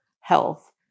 health